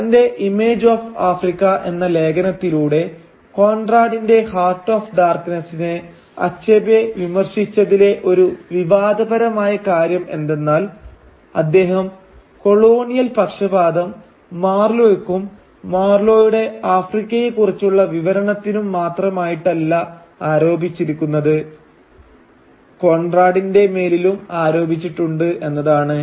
തന്റെ image of Africa എന്ന ലേഖനത്തിലൂടെ കോൺറാഡിന്റെ ഹാർട്ട് ഓഫ് ഡാർക്നെസ്സിനെ' അച്ഛബേ വിമർശിച്ചതിലെ ഒരു വിവാദപരമായ കാര്യം എന്തെന്നാൽ അദ്ദേഹം കൊളോണിയൽ പക്ഷപാതം മാർലോയ്ക്കും മാർലോയുടെ ആഫ്രിക്കയെ കുറിച്ചുള്ള വിവരണത്തിനും മാത്രമായിട്ടല്ല ആരോപിച്ചിരിക്കുന്നത് കോൺറാടിന്റെ മേലിലും ആരോപിച്ചിട്ടുണ്ട് എന്നതാണ്